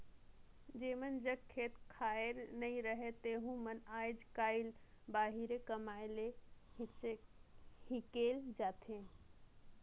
जेमन जग खेत खाएर नी रहें तेहू मन आएज काएल बाहिरे कमाए ले हिकेल जाथें